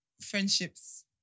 friendships